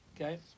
okay